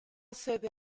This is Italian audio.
sede